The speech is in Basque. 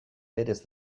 berez